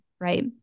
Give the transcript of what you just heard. right